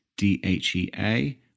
DHEA